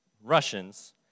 Russians